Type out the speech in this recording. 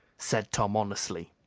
said tom tonelessly.